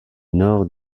nord